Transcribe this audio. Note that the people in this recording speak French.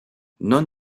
non